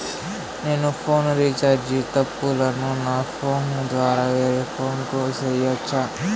నేను phone recharge తప్పులను నా ఫోను ద్వారా వేరే ఫోను కు సేయొచ్చా?